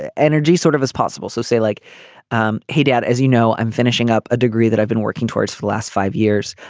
ah energy sort of as possible so say like um hey dad. as you know i'm finishing up a degree that i've been working towards for the last five years.